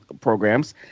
programs